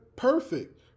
Perfect